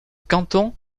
canton